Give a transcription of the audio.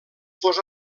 fos